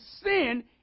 sin